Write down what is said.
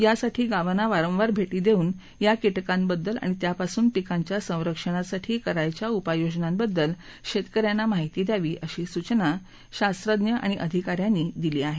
यासाठी गावांना वारंवार भेटी देऊन या किटकांबद्दल आणि त्यापासून पिकांच्या संरक्षणासाठी करायच्या उपाययोजनांबद्दल शेतक यांना माहिती द्यावी अशी सूचना शास्त्रज्ञ अधिकारी आणि कर्मचा यांना दिल्या आहेत